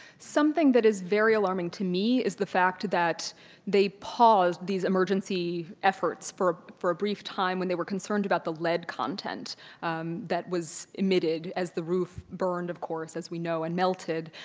something that is very alarming to me is the fact that they paused these emergency efforts for for a brief time when they were concerned about the lead content that was emitted as the roof burned, of course, as we know, and melted.